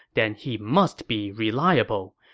then he must be reliable.